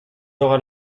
fera